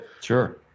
Sure